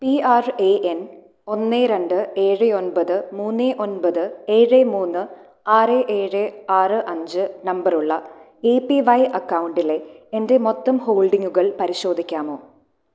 P R A N ഒന്ന് രണ്ട് ഏഴ് ഒമ്പത് മൂന്ന് ഒമ്പത് ഏഴ് മൂന്ന് ആറ് ഏഴ് ആറ് അഞ്ച് നമ്പറുള്ള എ പി വൈ അക്കൌണ്ടിലെ എൻ്റെ മൊത്തം ഹോൾഡിംഗുകൾ പരിശോധിക്കാമോ